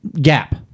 gap